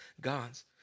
gods